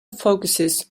focuses